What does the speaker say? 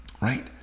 Right